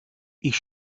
ich